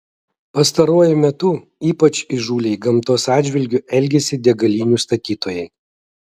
pastaruoju metu ypač įžūliai gamtos atžvilgiu elgiasi degalinių statytojai